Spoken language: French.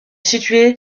situé